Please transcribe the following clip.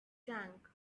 tank